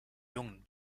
jungen